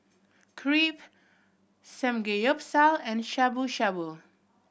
Crepe Samgeyopsal and Shabu Shabu